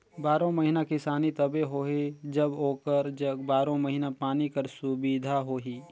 बारो महिना किसानी तबे होही जब ओकर जग बारो महिना पानी कर सुबिधा होही